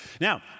Now